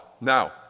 Now